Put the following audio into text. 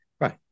right